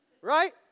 Right